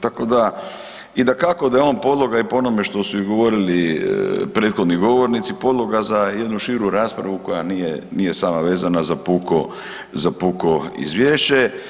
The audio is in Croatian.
Tako da i dakako da je on podloga i po onome što su govorili prethodni govornici, podloga za jednu širu raspravu koja nije sama vezana za puko izvješće.